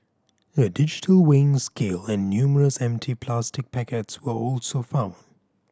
a digital weighing scale and numerous empty plastic packets were also found